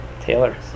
Taylor